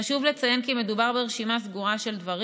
חשוב לציין כי מדובר ברשימה סגורה של דברים.